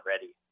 ready